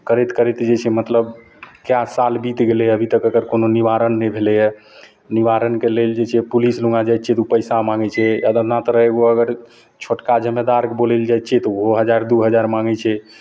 करैत करैत जे छै मतलब कै साल बीति गेलैए अभी तक एकर कोनो निवारण नहि भेलैए निवारणके लेल जे छै पुलिस लग जाइ छिए तऽ ओ पइसा माँगै छै अदना तक रहै ओ अगर छोटका जमेदारके बोलैलए जाइ छिए तऽ ओहो हजार दुइ हजार माँगै छै